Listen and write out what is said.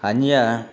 अन्यत्